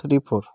three four